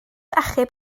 achub